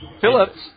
Phillips